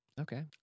Okay